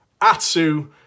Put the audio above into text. Atsu